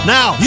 Now